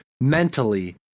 mentally